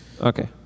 Okay